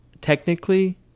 technically